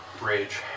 Rage